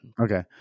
Okay